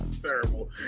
Terrible